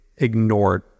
ignored